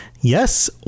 Yes